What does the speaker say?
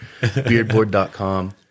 Beardboard.com